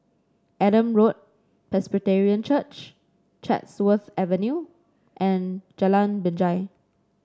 Adam Road Presbyterian Church Chatsworth Avenue and Jalan Binjai